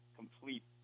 complete